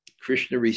Krishna